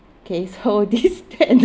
okay so this plan en~